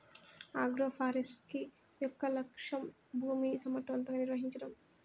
agroforestry యొక్క లక్ష్యం భూమిని సమర్ధవంతంగా నిర్వహించడం